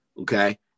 Okay